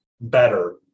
better